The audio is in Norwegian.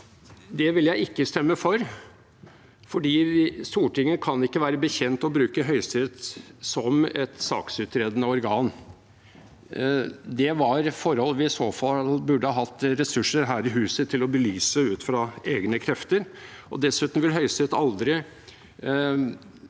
Det vil jeg ikke stemme for, for Stortinget kan ikke være bekjent av å bruke Høyesterett som et saksutredende organ. Det var forhold vi i så fall burde hatt ressurser her i huset til å belyse, ut fra egne krefter. Dessuten ville Høyesterett aldri